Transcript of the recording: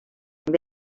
they